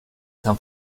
san